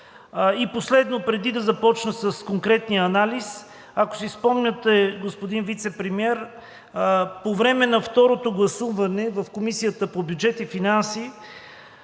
И последно, преди да започна с конкретния анализ, ако си спомняте, господин Вицепремиер, по време на второто гласуване в Комисията по бюджет и финанси